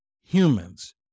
Humans